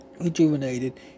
rejuvenated